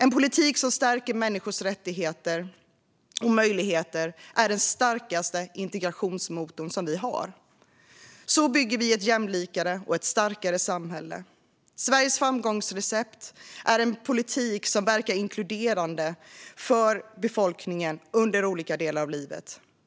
En politik som stärker människors rättigheter och möjligheter är den starkaste integrationsmotor vi har. Så bygger vi ett jämlikare och starkare samhälle. Sveriges framgångsrecept är en politik som verkar inkluderande för befolkningen under olika delar av livet.